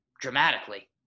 dramatically